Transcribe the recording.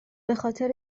بخاطر